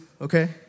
okay